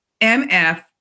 MF